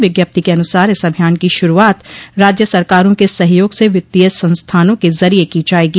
विज्ञप्ति के अनसार इस अभियान की शुरूआत राज्य सरकारों के सहयोग से वित्तीय संस्थानों के जरिये की जाएगी